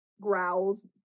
growls